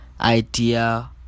idea